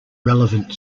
relevant